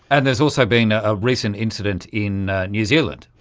and there has also been ah a recent incident in new zealand.